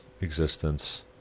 existence